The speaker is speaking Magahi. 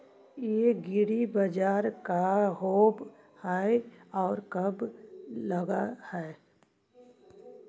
एग्रीबाजार का होब हइ और कब लग है?